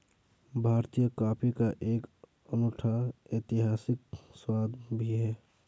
भारतीय कॉफी का एक अनूठा ऐतिहासिक स्वाद भी है